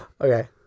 Okay